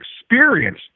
experience